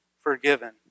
forgiven